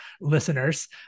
listeners